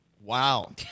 Wow